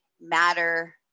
matter